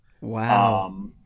Wow